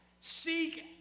Seek